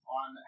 on